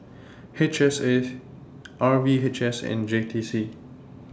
H S A R V H S and J T C